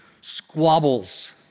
squabbles